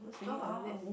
oh is it